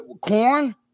corn